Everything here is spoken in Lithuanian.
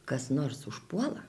kas nors užpuola